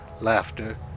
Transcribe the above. laughter